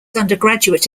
undergraduate